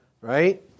Right